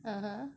(uh huh)